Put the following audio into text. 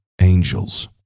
angels